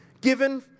given